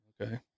Okay